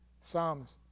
Psalms